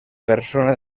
persona